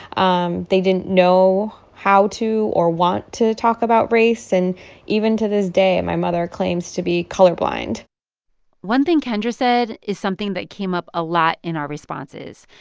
um they didn't know how to or want to talk about race. and even to this day my mother claims to be colorblind one thing kendra said is something that came up a lot in our responses.